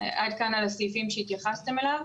עד כאן על הסעיפים שהתייחסתם אליהם.